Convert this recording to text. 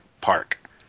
Park